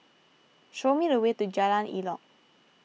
show me the way to Jalan Elok